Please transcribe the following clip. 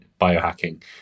biohacking